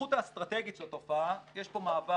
בהתפתחות האסטרטגית של התופעה יש פה מעבר